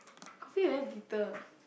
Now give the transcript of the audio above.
coffee very bitter